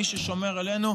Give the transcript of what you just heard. מי ששומר עלינו,